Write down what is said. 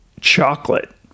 chocolate